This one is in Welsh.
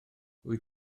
wyt